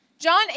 John